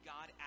God